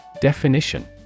Definition